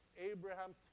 Abraham's